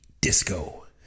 Disco